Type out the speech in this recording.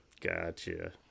Gotcha